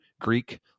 Greek